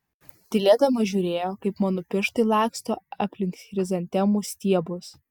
tylėdama žiūrėjo kaip mano pirštai laksto aplink chrizantemų stiebus